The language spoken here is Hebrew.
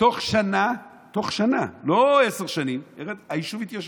תוך שנה, תוך שנה, לא עשר שנים, היישוב התיישר.